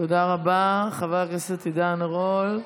תודה רבה, חבר הכנסת עידן רול.